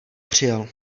přijel